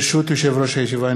ברשות יושב-ראש הישיבה,